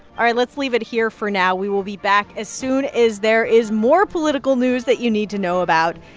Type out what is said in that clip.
all right. let's leave it here for now. we will be back as soon as there is more political news that you need to know about.